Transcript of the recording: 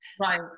Right